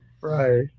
Right